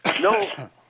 no